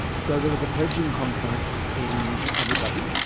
so there was a pledging conference in abu dhabi.